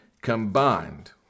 combined